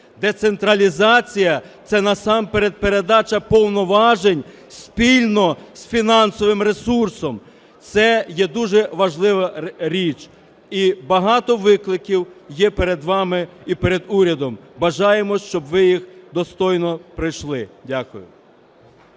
Децентралізація – це насамперед передача повноважень спільно з фінансовим ресурсом, це є дуже важлива річ. І багато викликів є перед вами і перед урядом, бажаємо, щоб ви їх достойно пройшли. Дякую.